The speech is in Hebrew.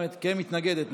כמתנגדת,